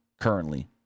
currently